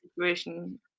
situation